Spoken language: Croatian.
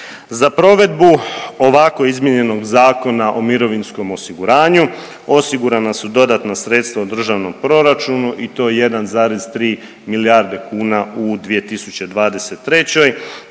Za provedbu ovako izmijenjenog Zakona o mirovinskom osiguranju osigurana su dodatna sredstva u državnom proračunu i to 1,3 milijarde kuna u 2023.,